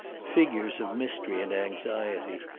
figures of mystery and anxiety,